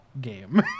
game